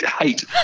hate